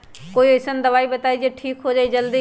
कोई अईसन दवाई बताई जे से ठीक हो जई जल्दी?